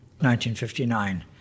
1959